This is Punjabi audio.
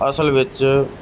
ਅਸਲ ਵਿੱਚ